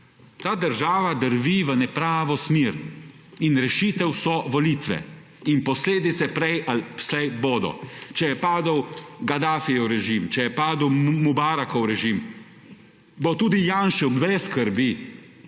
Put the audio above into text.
Ta držav drvi v nepravo smer in rešitev so volitve. In posledice prej ali slej bodo. Če je padel Gadafijev režim, če je padel Mubarakov režim bo tudi Janšev, brez skrbi,